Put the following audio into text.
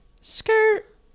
Skirt